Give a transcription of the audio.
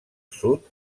sud